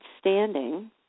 standing